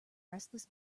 restless